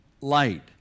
light